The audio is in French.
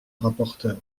rapporteur